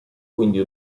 quindi